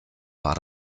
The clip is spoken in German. war